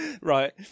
Right